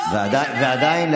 לא --- ועדיין,